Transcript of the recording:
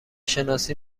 شناسی